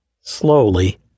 Slowly